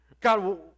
God